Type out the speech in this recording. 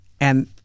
And-